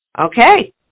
Okay